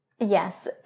Yes